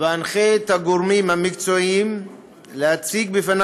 ואנחה את הגורמים המקצועיים להציג בפני